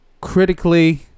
critically